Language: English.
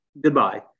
goodbye